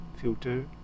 filter